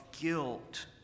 guilt